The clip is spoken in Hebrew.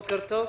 בוקר טוב.